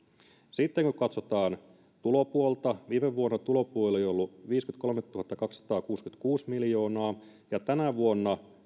sitten kun katsotaan tulopuolta viime vuonna tulopuoli on ollut viisikymmentäkolmetuhattakaksisataakuusikymmentäkuusi miljoonaa ja tänä vuonna